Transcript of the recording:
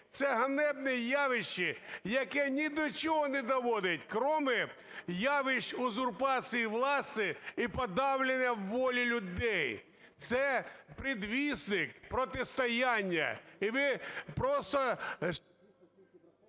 Це ганебне явище, яке ні до чого не доводить, кроме явищ узурпації влади і подавлення волі людей. Це передвісник протистояння. І ви просто...